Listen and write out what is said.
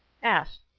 f.